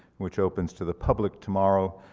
which opens to the public tomorrow,